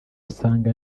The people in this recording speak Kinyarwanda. usanga